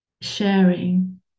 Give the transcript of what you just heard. sharing